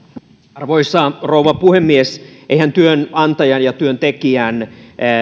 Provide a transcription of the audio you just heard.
arvoisa rouva puhemies eihän työnantajan ja työntekijän